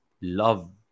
love